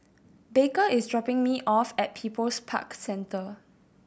Baker is dropping me off at People's Park Center